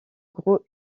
gros